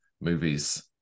movies